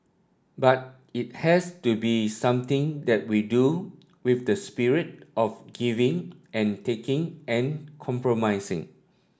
but it has to be something that we do with the spirit of giving and taking and compromising